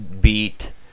beat